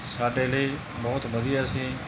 ਸਾਡੇ ਲਈ ਬਹੁਤ ਵਧੀਆ ਸੀ